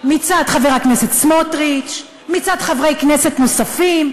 מצד חבר הכנסת סמוטריץ ומצד חברי כנסת נוספים,